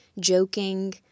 joking